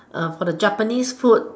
for the japanese food